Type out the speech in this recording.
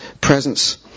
presence